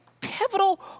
pivotal